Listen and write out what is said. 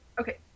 okay